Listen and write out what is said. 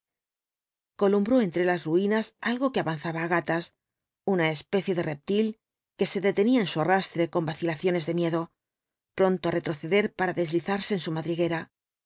columbró entre las ruinas algo que avanzaba á gatas una especie de reptil que se detenía en su arrastre con vacilaciones de miedo pronto á retroceder para deslizarse en su madriguera